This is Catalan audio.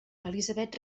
elisabet